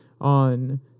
on